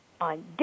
on